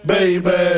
Baby